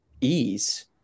ease